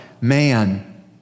Man